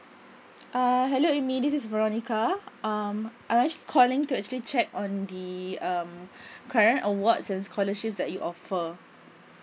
uh hello Amy this is Veronica um I'm actually calling to actually check on the um current awards and scholarship that you offer